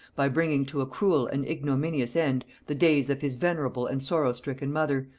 by bringing to a cruel and ignominious end the days of his venerable and sorrow-stricken mother,